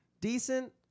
Decent